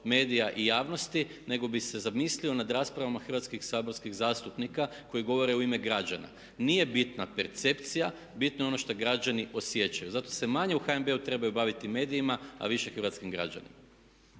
i javnosti nego bih se zamislio nad raspravama hrvatskih saborskih zastupnika koji govore u ime građana. Nije bitna percepcija, bitno je ono što građani osjećaju. Zato se manje u HNB-u trebaju baviti medijima, a više hrvatskim građanima.